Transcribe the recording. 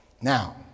Now